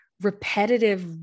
repetitive